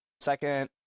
Second